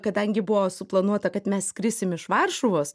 kadangi buvo suplanuota kad mes skrisim iš varšuvos